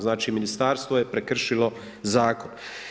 Znači ministarstvo je prekršilo zakon.